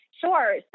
Sure